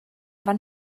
fan